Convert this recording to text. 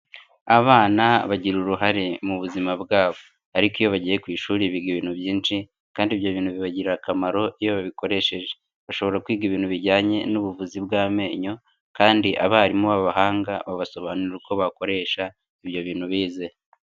Abana bagira uruhare mu buzima bwabo ariko iyo bagiye ku ishuri biga ibintu byinshi kandi ibyo bintu bibagirira akamaro iyo babikoresheje, bashobora kwiga ibintu bijyanye n'ubuvuzi bw'amenyo kandi abarimu b'abahanga babasobanurira uko bakoresha ibyo bintu bize.